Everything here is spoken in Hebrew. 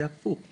זה הפוך.